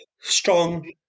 strong